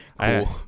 cool